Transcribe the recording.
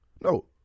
No